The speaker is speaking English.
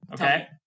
okay